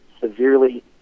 severely